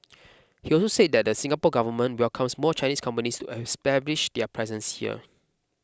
he also said the Singapore Government welcomes more Chinese companies to establish their presence here